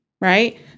Right